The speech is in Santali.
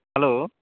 ᱦᱮᱞᱳ